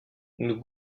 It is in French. nous